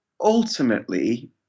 ultimately